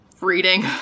reading